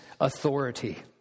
authority